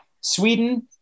Sweden